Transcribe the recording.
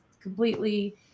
completely